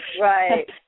right